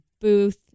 booth